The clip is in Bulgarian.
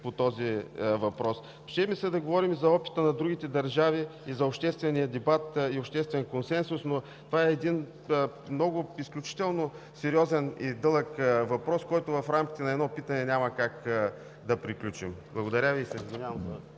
по този въпрос? Ще ми се да говорим за опита на другите държави, за обществения дебат и обществения консенсус, но това е един изключително сериозен и дълъг въпрос, който в рамките на едно питане няма как да приключим. Благодаря Ви и се